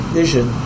vision